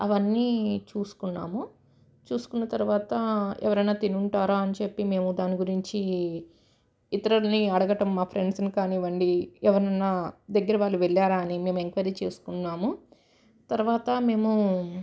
అవన్నీ చూసుకున్నాము చూసుకున్న తర్వాత ఎవరన్నా తిని ఉంటారా అని చెప్పి మేము దాని గురించి ఇతరులని అడగటం మా ఫ్రెండ్స్ని కానివ్వండి ఎవరన్నా దగ్గర వాళ్ళు వెళ్ళారా అని మేము ఎంక్వైరీ చేసుకున్నాము తర్వాత మేము